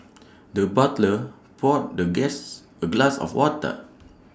the butler poured the guests A glass of water